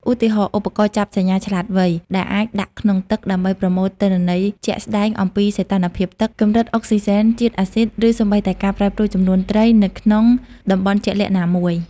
ឧទាហរណ៍ ឧបករណ៍ចាប់សញ្ញាឆ្លាតវៃ ដែលអាចដាក់ក្នុងទឹកដើម្បីប្រមូលទិន្នន័យជាក់ស្តែងអំពីសីតុណ្ហភាពទឹក កម្រិតអុកស៊ីសែន ជាតិអាស៊ីត ឬសូម្បីតែការប្រែប្រួលចំនួនត្រីនៅក្នុងតំបន់ជាក់លាក់ណាមួយ។